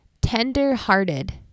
tender-hearted